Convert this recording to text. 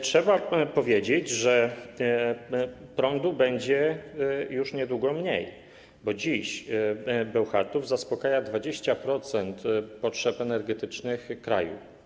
Trzeba powiedzieć, że prądu będzie już niedługo mniej, bo dziś Bełchatów zaspokaja 20% potrzeb energetycznych kraju.